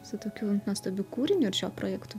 su tokiu nuostabiu kūriniu ir šiuo projektu